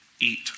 eat